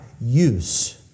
use